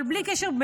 אבל בלי קשר,